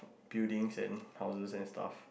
buildings and houses and stuff